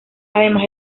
además